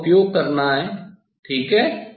हमें इसका उपयोग करना है ठीक है